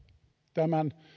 tämän